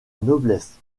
noblesse